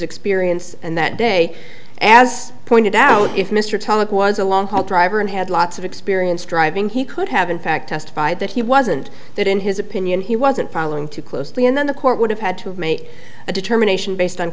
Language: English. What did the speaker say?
experience and that day as pointed out if mr tomic was a long haul driver and had lots of experience driving he could have in fact testified that he wasn't that in his opinion he wasn't following too closely and then the court would have had to make a determination based on